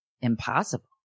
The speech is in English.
impossible